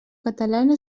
catalana